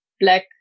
Black